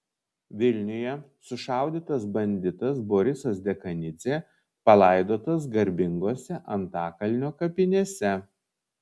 vilniuje sušaudytas banditas borisas dekanidzė palaidotas garbingose antakalnio kapinėse